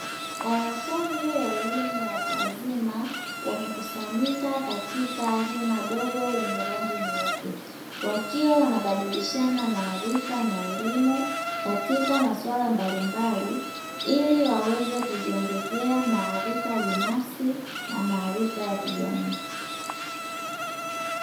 Wanafunzi wa elimu ya watu wazima wamekusanyika katika hema dogo lenye rangi nyeupe, wakiwa wanabadilishana maarifa na elimu katika maswala mbalimbali, ili waweze kujiongezea maarifa binafsi na maarifa ya kijamii.